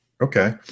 Okay